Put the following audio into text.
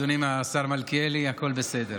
אדוני, השר מלכיאלי, הכול בסדר.